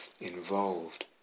involved